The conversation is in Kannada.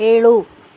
ಏಳು